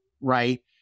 right